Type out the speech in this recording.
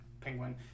penguin